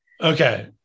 Okay